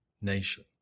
nation